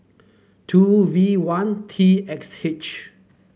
two V one T X H